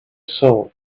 soul